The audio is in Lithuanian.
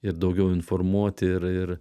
ir daugiau informuoti ir ir